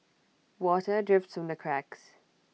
water drips from the cracks